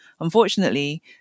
Unfortunately